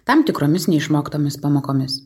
tam tikromis neišmoktomis pamokomis